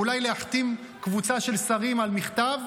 ואולי להחתים קבוצה של שרים על מכתב,